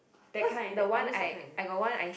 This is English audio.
that kind I use that kind